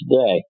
today